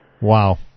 Wow